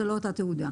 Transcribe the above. זאת לא אותה תעודה.